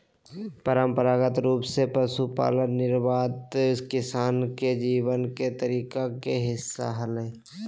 परंपरागत रूप से पशुपालन निर्वाह किसान के जीवन के तरीका के हिस्सा हलय